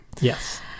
Yes